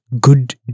good